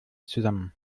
zusammen